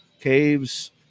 Caves